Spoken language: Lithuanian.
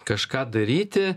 kažką daryti